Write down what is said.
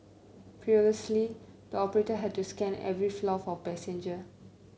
previously the operator had to scan every floor for passengers